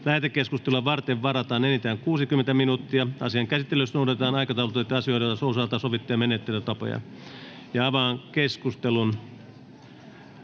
Lähetekeskustelua varten varataan enintään 60 minuuttia. Asian käsittelyssä noudatetaan aikataulutettujen asioiden osalta sovittuja menettelytapoja. Avaan keskustelun.